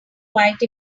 quite